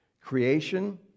Creation